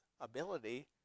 ability